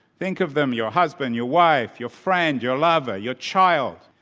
think of them, your husband, your wife, your friend, your lover, your child.